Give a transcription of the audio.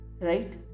Right